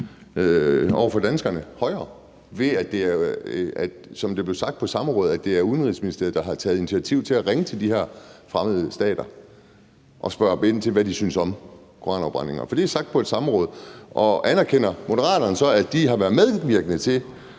som det blev sagt på samrådet, er Udenrigsministeriet, der har taget initiativ til at ringe til de her fremmede stater og spørge dem ind til, hvad de synes om koranafbrændingerne. For det er jo blevet sagt på et samråd. Anerkender Moderaterne så, at de har været medvirkende til